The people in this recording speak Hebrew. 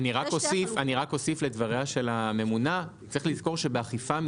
מי אמר שבשל כך תיפגע התחרות בענף?